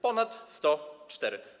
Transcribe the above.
Ponad 104.